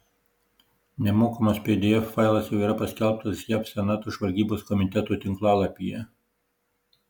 nemokamas pdf failas jau yra paskelbtas jav senato žvalgybos komiteto tinklalapyje